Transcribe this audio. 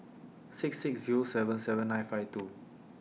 six six Zero seven seven nine five two